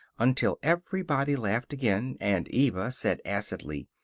until everybody laughed again, and eva said acidly,